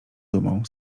dumą